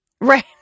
Right